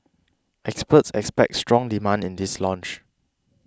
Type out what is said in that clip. experts expect strong demand in this launch